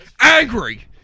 angry